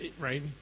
right